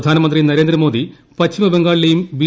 പ്രധാനമന്ത്രി നരേന്ദ്രമോദി പശ്ചിമ ബംഗാളിലേയും ബി